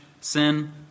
sin